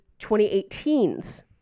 2018's